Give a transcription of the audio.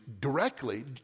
directly